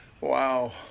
Wow